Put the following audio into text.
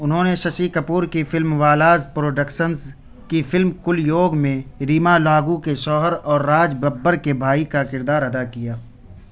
انہوں نے ششی کپور کی فلم والاز پروڈکشنز کی فلم کل یوگ میں ریما لاگو کے شوہر اور راج ببر کے بھائی کا کردار ادا کیا